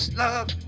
love